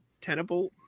tenable